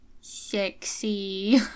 sexy